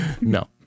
No